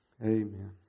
Amen